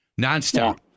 nonstop